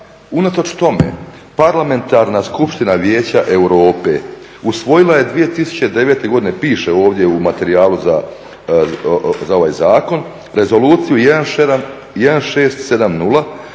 unatoč tome Parlamentarna skupština Vijeća Europe usvojila je 2009. godine, piše ovdje u materijalu za ovaj zakon, Rezoluciju 1670